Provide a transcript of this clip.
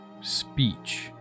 speech